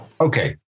Okay